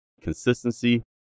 consistency